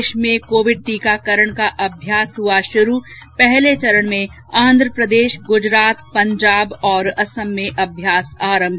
देश में कोविड टीकाकरण का अभ्यास हुआ शुरू पहले चरण में आन्ध्रप्रदेश गुजरात पजांब और असम में अभ्यास आरम्भ